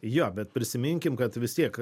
jo bet prisiminkim kad vis tiek